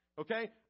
okay